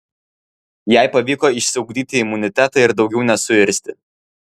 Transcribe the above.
jai pavyko išsiugdyti imunitetą ir daugiau nesuirzti